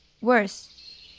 worse